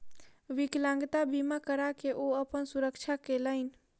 विकलांगता बीमा करा के ओ अपन सुरक्षा केलैन